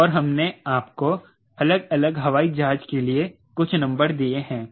और हमने आपको अलग अलग हवाई जहाज के लिए कुछ नंबर दिए हैं